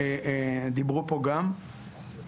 דיברו פה גם,